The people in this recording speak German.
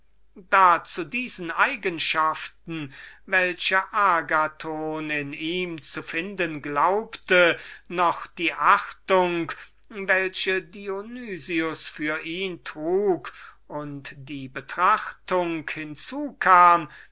zu diesen eigenschaften welche agathon in ihm zu finden glaubte noch die achtung welche dionys für ihn trug und die betrachtung